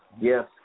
yes